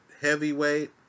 heavyweight